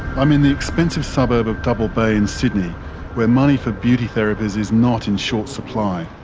i'm in the expensive suburb of double bay in sydney where money for beauty therapies is not in short supply.